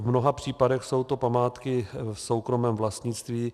V mnoha případech jsou to památky v soukromém vlastnictví.